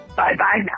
Bye-bye